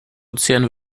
ozean